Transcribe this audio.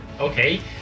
Okay